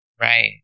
Right